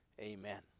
Amen